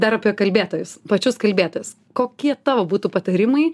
dar apie kalbėtojus pačius kalbėtojus kokie tavo būtų patarimai